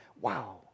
wow